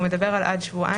והוא מדבר על עד שבועיים.